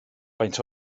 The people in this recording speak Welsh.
faint